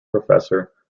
professor